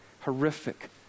horrific